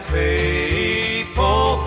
people